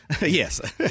Yes